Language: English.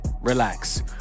Relax